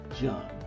John